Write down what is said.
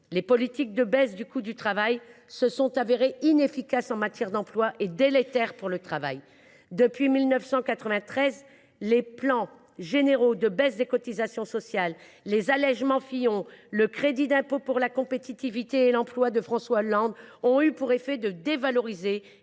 les politiques de baisse du coût du travail se sont révélées inefficaces en matière d’emploi et délétères pour le travail et, depuis 1993, les plans généraux de baisse des cotisations sociales, les allégements Fillon, le crédit d’impôt pour la compétitivité et l’emploi de François Hollande ont eu pour effets de dévaloriser,